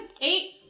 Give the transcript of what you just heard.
eight